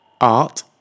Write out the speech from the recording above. Art